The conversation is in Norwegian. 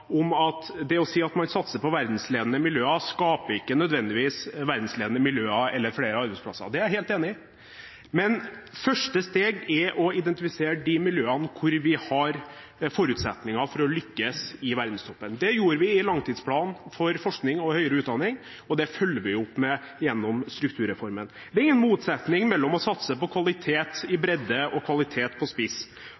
sa at det å si at man satser på verdensledende miljøer, skaper ikke nødvendigvis verdensledende miljøer eller flere arbeidsplasser. Det er jeg helt enig i. Men første steg er å identifisere de miljøene hvor vi har forutsetninger for å lykkes i verdenstoppen. Det gjorde vi i langtidsplanen for forskning og høyere utdanning, og det følger vi opp gjennom strukturreformen. Det er ingen motsetning mellom å satse på kvalitet i bredde og kvalitet på